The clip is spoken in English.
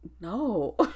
No